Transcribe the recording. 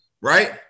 right